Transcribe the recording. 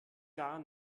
gar